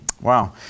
Wow